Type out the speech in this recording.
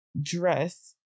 dress